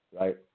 right